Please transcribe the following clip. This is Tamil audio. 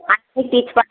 ஆ நீங்கள் டீச் பண்ணு